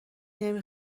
نمی